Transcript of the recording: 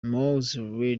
mowzey